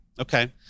Okay